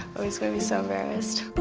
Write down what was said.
oh he's gonna be so embarrassed. but